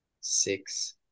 Six